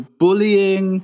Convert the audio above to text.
bullying